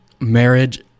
marriage